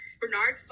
Bernard